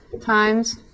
times